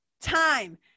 time